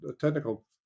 technical